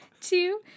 two